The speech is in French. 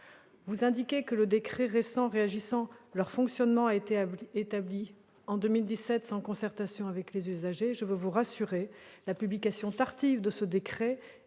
Vous indiquez que le récent décret régissant leur fonctionnement a été établi en 2017, sans concertation avec les usagers. Je veux vous rassurer : la publication tardive de ce décret,